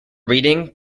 reading